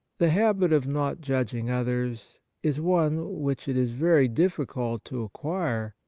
the habit of not judging others is one which it is very difficult to acquire,